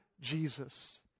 Jesus